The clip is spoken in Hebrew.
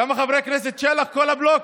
כמה חבר הכנסת, שלח, כל הבלוק?